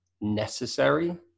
necessary